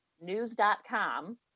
news.com